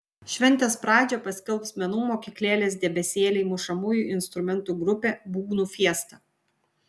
šventės pradžią paskelbs menų mokyklėlės debesėliai mušamųjų instrumentų grupė būgnų fiesta